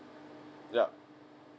yup